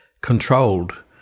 controlled